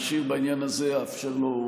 אני משאיר בעניין הזה, אני מאפשר לו.